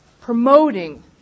promoting